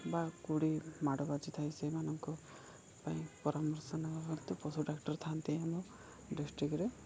ବା କୁଡ଼ି ମାଡ଼ ବାଜି ଥାଏ ସେଇମାନଙ୍କୁ ପାଇଁ ପରାମର୍ଶ ନବାହେତୁ ପଶୁ ଡାକ୍ଟର ଥାଆନ୍ତି ଆମ ଡିଷ୍ଟ୍ରିକ୍ରେ